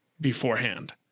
beforehand